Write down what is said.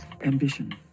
ambition